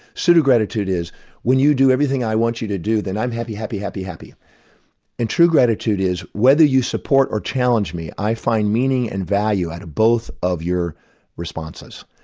pseudo-gratitude is when you do everything i want you to do, then i'm happy, happy, happy. and true gratitude is, whether you support or challenge me, i find meaning and value out of both of your responses.